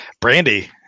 brandy